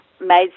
made